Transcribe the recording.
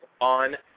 on